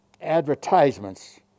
advertisements